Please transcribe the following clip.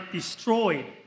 destroyed